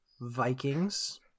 Vikings